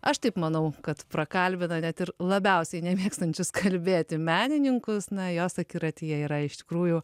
aš taip manau kad prakalbina net ir labiausiai nemėgstančius kalbėti menininkus na jos akiratyje yra iš tikrųjų